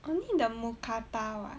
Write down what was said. only the mookata [what]